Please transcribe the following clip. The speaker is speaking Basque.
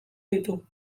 ditu